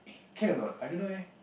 eh can anot I don't know eh